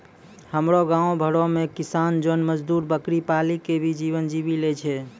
हमरो गांव घरो मॅ किसान जोन मजदुर बकरी पाली कॅ भी जीवन जीवी लॅ छय